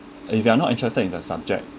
uh if you are not interested in the subject